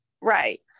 Right